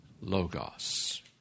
logos